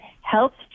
helps